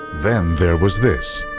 then there was this.